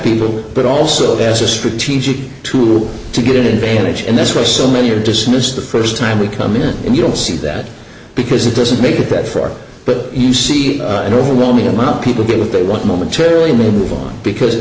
people but also as a strategic tool to get invaded and that's why so many are dismissed the first time we come in and you don't see that because it doesn't make it bad for but you see an overwhelming amount people get what they want momentarily move on because